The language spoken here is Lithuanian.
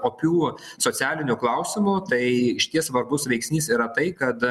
opių socialinių klausimų tai išties svarbus veiksnys yra tai kad